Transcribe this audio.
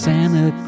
Santa